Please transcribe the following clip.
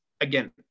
again